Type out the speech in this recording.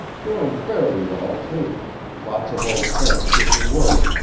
doing fairly well, too lots of old friends give me work.